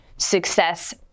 success